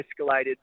escalated